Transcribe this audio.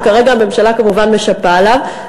שכרגע הממשלה כמובן משפה עליו,